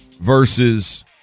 versus